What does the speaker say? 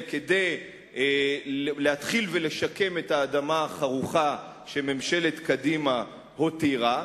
כדי להתחיל לשקם את האדמה החרוכה שממשלת קדימה הותירה.